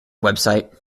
website